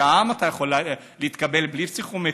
שם אתה יכול להתקבל בלי פסיכומטרי.